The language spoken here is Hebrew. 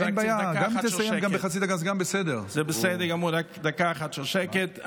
אני רק צריך דקה אחת של שקט.